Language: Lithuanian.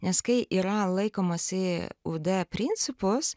nes kai yra laikomasi ud principus